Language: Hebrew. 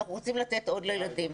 אנחנו רוצים לתת עוד לילדים.